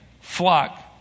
Flock